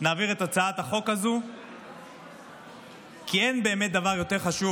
שאלה אותו למה היא צריכה לעשות את אותן בדיקות שוב,